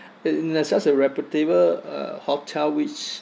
in a such a reputable uh hotel which